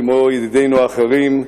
כמו ידידינו האחרים,